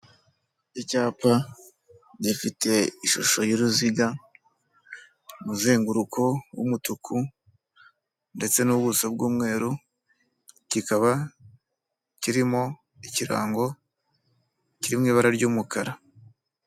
Icyapa gifite ishusho y'uruziga, umuzenguruko w'umutuku ndetse n'ubuso bw'umweru, kikaba kirimo ikirango, kiri mu ibara ry'umukara.